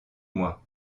moi